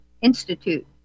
Institute